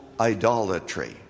idolatry